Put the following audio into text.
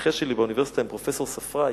המנחה שלי באוניברסיטה, עם פרופסור ספראי,